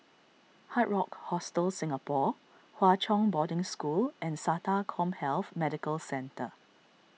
Hard Rock Hostel Singapore Hwa Chong Boarding School and Sata CommHealth Medical Centre